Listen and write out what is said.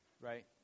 Right